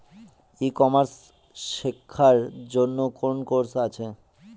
ই commerce শেক্ষার জন্য কোন কোর্স আছে?